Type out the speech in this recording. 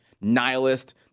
Nihilist